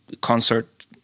concert